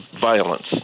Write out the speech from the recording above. violence